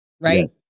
right